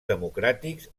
democràtics